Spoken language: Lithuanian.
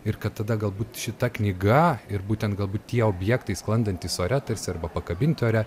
ir kad tada galbūt šita knyga ir būtent galbūt tie objektai sklandantys ore tarsi arba pakabinti ore